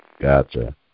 Gotcha